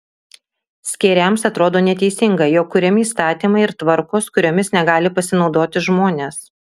skeiriams atrodo neteisinga jog kuriami įstatymai ir tvarkos kuriomis negali pasinaudoti žmonės